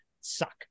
suck